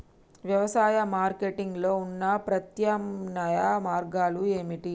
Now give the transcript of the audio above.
వ్యవసాయ మార్కెటింగ్ లో ఉన్న ప్రత్యామ్నాయ మార్గాలు ఏమిటి?